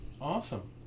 Awesome